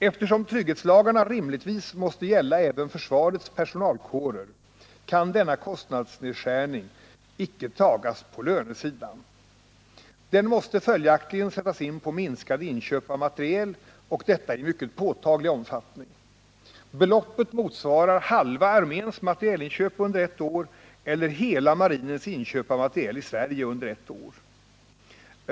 Eftersom trygghetslagarna rimligtvis måste gälla även försvarets personalkårer kan denna kostnadsnedskärning icke tagas på lönesidan. Den måste följaktligen sättas in på minskade inköp av materiel, och detta i mycket påtaglig omfattning. Beloppet motsvarar halva arméns materielköp under ett år, eller hela marinens inköp av materiel i Sverige under ett år.